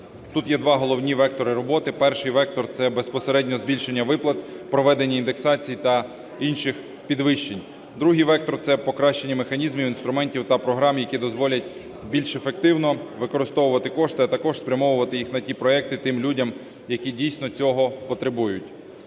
Тут є два голові вектори роботи. Перший вектор - це безпосередньо збільшення виплат, проведення індексацій та інших підвищень. Другий вектор - це покращення механізмів, інструментів та програм, які дозволять більш ефективно використовувати кошти, а також спрямовувати їх на ті проекти тим людям, які дійсно цього потребують.